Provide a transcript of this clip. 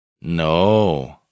No